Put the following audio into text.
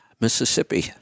Mississippi